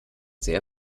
sehr